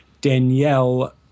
Danielle